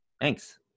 thanks